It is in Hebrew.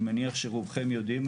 אני מניח שרובכם יודעים,